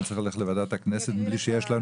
אני צריך ללכת לוועדת הכנסת בלי שיש לנו